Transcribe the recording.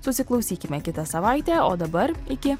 susiklausykime kitą savaitę o dabar iki